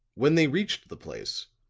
when they reached the place,